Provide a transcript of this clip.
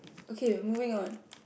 okay moving on